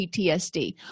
PTSD